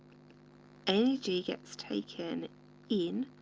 energy gets taken in,